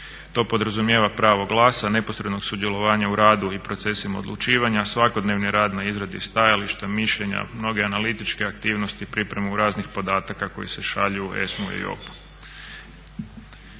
To podrazumijeva pravo glasa, neposrednog sudjelovanja u radu i procesima odlučivanja, svakodnevni rad na izradi stajališta, mišljenja, mnoge analitičke aktivnosti, pripremu raznih podataka koji šalju u ESMA-u i